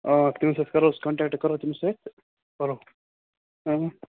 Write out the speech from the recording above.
ٲں ٹیٖچرس کَرہوس کَنٹیکٹ کَرو تٔمِس سۭتۍ کرو ٲں